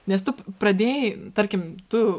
nes tu pradėjai tarkim tu